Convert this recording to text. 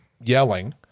yelling